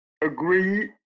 agree